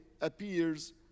appears